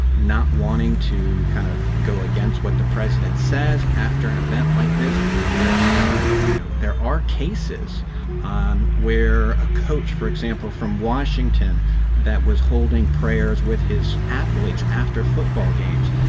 not wanting to kind of go against what the president says after an event like this there are you know, there are cases um where a coach, for example, from washington that was holding prayers with his athletes after football games.